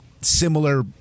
similar